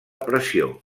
pressió